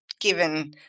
given